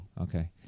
Okay